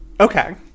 Okay